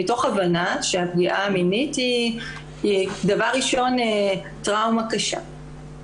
מתוך הבנה שהפגיעה המינית היא דבר ראשון טראומה קשה.